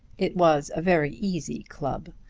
it was a very easy club.